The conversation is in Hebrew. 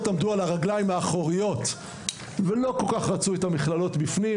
עמדו על הרגליים האחוריות ולא כל-כך רצו את המכללות בפנים.